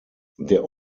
der